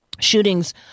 shootings